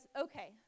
okay